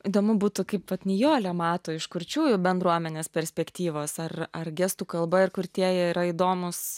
įdomu būtų kaip vat nijolė mato iš kurčiųjų bendruomenės perspektyvos ar ar gestų kalba ir kurtieji yra įdomūs